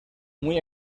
muy